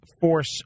force